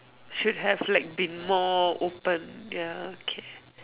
should have like been more open ya okay